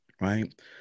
right